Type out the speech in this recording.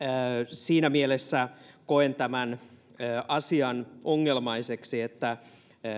siinä mielessä koen tämän asian ongelmaiseksi että